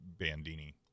Bandini